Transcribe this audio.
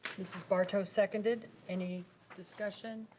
mrs. barto seconded. any discussion?